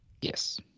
yes